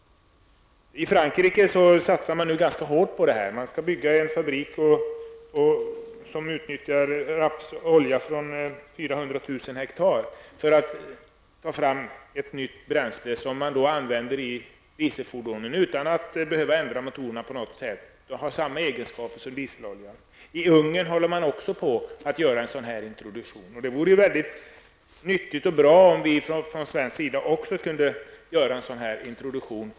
I Frankrike satsar man ganska hårt på detta. Där skall byggas en fabrik som utnyttjar rapsolja från motsvarande 400 000 hektar för att få fram ett nytt bränsle. Det bränslet skall användas i dieselfordon utan att motorerna skall behövas ändras. Bränslet skall ha samma egenskaper som dieselolja. En sådan introduktion sker också i Ungern. Det vore nyttigt och bra om vi från svensk sida också kunde göra en sådan introduktion.